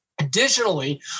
Additionally